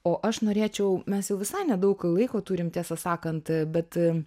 o aš norėčiau mes jau visai nedaug laiko turim tiesą sakant bet